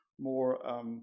more